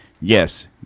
yes